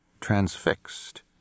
transfixed